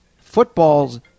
football's